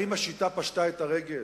אם השיטה פשטה את הרגל.